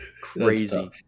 Crazy